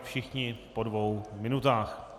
Všichni po dvou minutách.